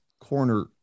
corner